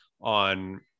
on